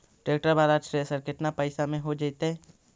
Tractor बाला thresher केतना पैसा में हो जैतै?